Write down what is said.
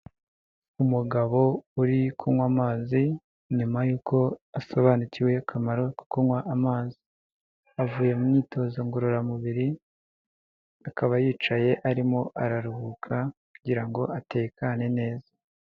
Umugabo uri kunywa amazi nyuma yuko asobanukiwe akamaro ko kunywa amazi, avuye mu myitozo ngororamubiri, akaba yicaye arimo araruhuka kugira ngo atekane neza.